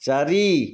ଚାରି